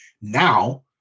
now